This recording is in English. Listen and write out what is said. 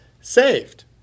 saved